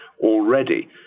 already